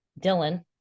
Dylan